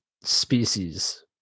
species